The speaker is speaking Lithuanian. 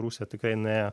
rusija tikrai nuėjo